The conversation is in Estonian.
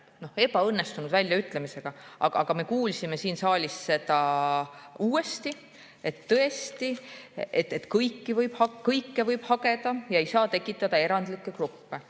ebaõnnestunud väljaütlemisega, aga me kuulsime seda siin saalis uuesti, et tõesti, kõiki võib hageda ja ei saa tekitada erandlikke gruppe.